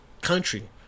country